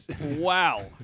Wow